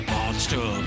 Monster